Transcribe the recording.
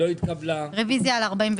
הצבעה הרוויזיה לא נתקבלה הרוויזיה לא התקבלה.